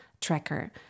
tracker